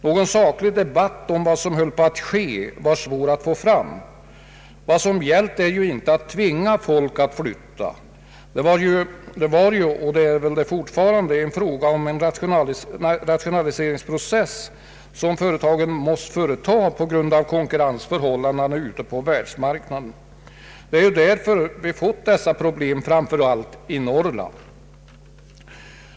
Någon saklig debatt om vad som höll på att ske var svår att få fram. Det har ju inte här gällt att tvinga folk att flytta. Det var — och är fortfarande — en fråga om en rationaliseringsprocess som företagen måst företa på grund av konkurrensförhållandena på världsmarknaden. Det är därför vi fått dessa problem, framför allt i Norrland.